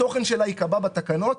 התוכן שלה ייקבע בתקנות.